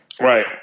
right